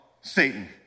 Satan